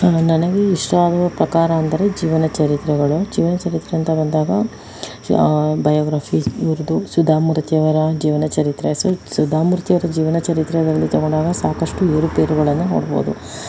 ನನಗೆ ಇಷ್ಟವಾಗುವ ಪ್ರಕಾರ ಅಂದರೆ ಜೀವನ ಚರಿತ್ರೆಗಳು ಜೀವನ ಚರಿತ್ರೆ ಅಂತ ಬಂದಾಗ ಜ್ ಬಯೋಗ್ರಾಫಿ ಇವ್ರದು ಸುಧಾಮೂರ್ತಿಯವರ ಜೀವನ ಚರಿತ್ರೆ ಸುಧಾಮೂರ್ತಿಯವರ ಜೀವನ ಚರಿತ್ರೆ ಅದರಲ್ಲಿ ತಕೊಂಡಾಗ ಸಾಕಷ್ಟು ಏರುಪೇರುಗಳನ್ನು ನೋಡ್ಬೋದು